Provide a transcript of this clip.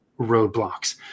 roadblocks